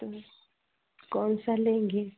तो कौन सा लेंगी